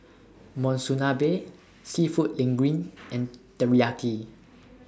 Monsunabe Seafood Linguine and Teriyaki